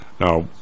Now